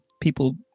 people